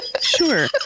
sure